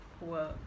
work